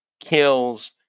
kills